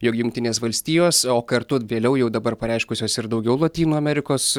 jog jungtinės valstijos o kartu vėliau jau dabar pareiškusios ir daugiau lotynų amerikos